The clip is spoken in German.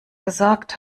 gesagt